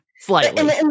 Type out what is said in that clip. slightly